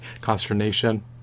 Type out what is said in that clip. consternation